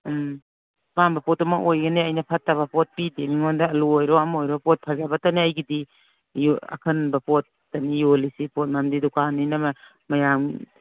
ꯎꯝ ꯑꯄꯥꯝꯕ ꯄꯣꯠꯇꯨꯃꯛ ꯑꯣꯏꯒꯅꯤ ꯑꯩꯅ ꯐꯠꯇꯕ ꯄꯣꯠ ꯄꯤꯗꯦ ꯃꯤꯉꯣꯟꯗ ꯑꯂꯨ ꯑꯣꯏꯔꯣ ꯑꯃ ꯑꯣꯏꯔꯣ ꯄꯣꯠ ꯐꯖꯕꯇꯅꯦ ꯑꯩꯒꯤꯗꯤ ꯑꯈꯟꯕ ꯄꯣꯠꯇꯅꯤ ꯌꯣꯜꯂꯤꯁꯦ ꯄꯣꯠ ꯃꯔꯝꯗꯤ ꯗꯨꯀꯥꯟꯅꯤꯅ ꯃꯌꯥꯝ